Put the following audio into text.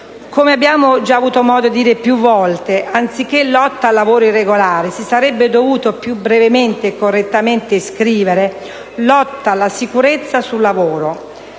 Come abbiamo già avuto modo di dire più volte, anziché «lotta al lavoro irregolare» si sarebbe dovuto più brevemente e correttamente scrivere «lotta alla sicurezza sul lavoro»,